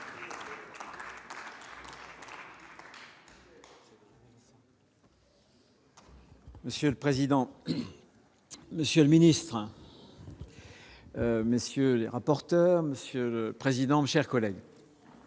Monsieur le président, Monsieur le ministre, messieurs les rapporteurs, monsieur le président, chers collègues,